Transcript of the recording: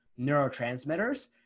neurotransmitters